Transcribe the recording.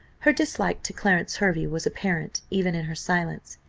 her dislike to clarence hervey was apparent, even in her silence.